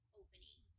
opening